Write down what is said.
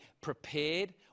prepared